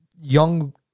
young